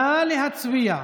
נא להצביע.